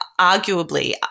arguably